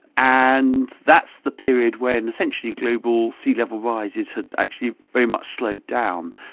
and that's the period when essentially global sea level rises have actually very much slowed down.